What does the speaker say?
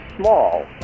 small